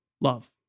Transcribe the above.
love